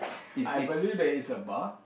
I believe that it's a bar